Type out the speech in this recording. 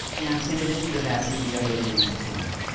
and in addition to that do the other readings assigned.